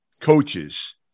coaches